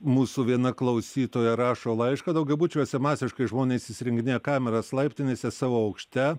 mūsų viena klausytoja rašo laišką daugiabučiuose masiškai žmonės įsirenginėja kameras laiptinėse savo aukšte